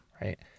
right